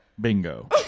Bingo